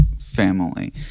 Family